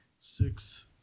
Six